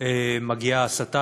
מגיעה ההסתה.